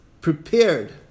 prepared